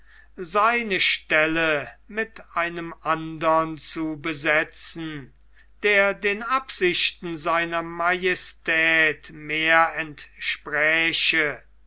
seine stelle mit einem andern zu besetzen der den absichten seiner majestät mehr entspräche